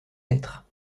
lettres